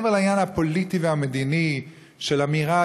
מעבר לעניין הפוליטי והמדיני של אמירה